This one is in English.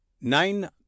Nine